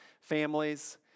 families